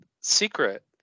secret